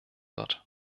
wird